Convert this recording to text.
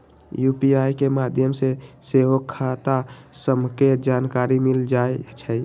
UPI के माध्यम से सेहो खता सभके जानकारी मिल जाइ छइ